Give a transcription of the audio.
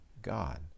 God